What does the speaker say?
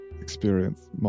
experience